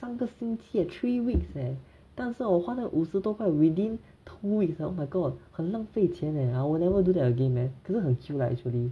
上个星期 eh three weeks leh 当时我花掉五十多块 within two weeks leh oh my god 很浪费钱 leh I will never do that again leh 可是很 chill lah actually